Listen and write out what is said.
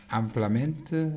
amplamente